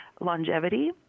longevity